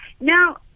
Now